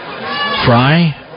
Fry